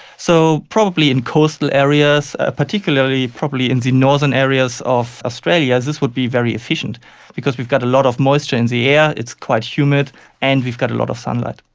so probably in coastal areas, ah particularly probably in the northern areas of australia, this would be very efficient because we got a lot of moisture in the air, it's quite humid and we've got a lot of sunlight.